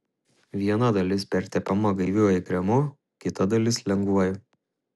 viena dalis pertepama gaiviuoju kremu kita dalis lengvuoju